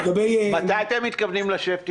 מתי אתת מתכוונים לשבת איתם?